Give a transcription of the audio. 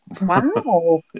wow